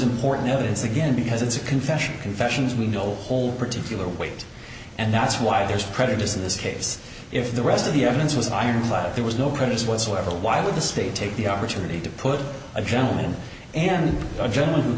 important evidence again because it's a confession confessions we know hold particular weight and that's why there's prejudice in this case if the rest of the evidence was ironclad there was no prints whatsoever why would the state take the opportunity to put a gentleman and a general who